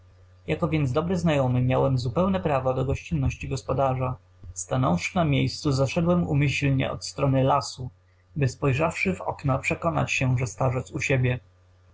jako więc dobry znajomy miałem zupełne prawo do gościnności gospodarza stanąwszy na miejscu zaszedłem umyślnie od strony lasu by spojrzawszy w okno przekonać się że starzec u siebie